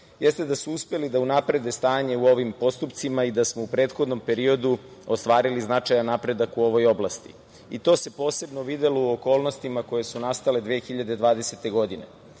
jeste da su uspeli da unaprede stanje u ovim postupcima i da smo u prethodnom periodu ostvarili značajan napredak u ovoj oblasti. To se posebno videlo u okolnostima koje su nastale 2020.